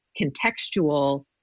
contextual